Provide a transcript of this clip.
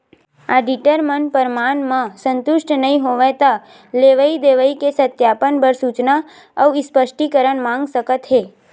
auditor मन परमान म संतुस्ट नइ होवय त लेवई देवई के सत्यापन बर सूचना अउ स्पस्टीकरन मांग सकत हे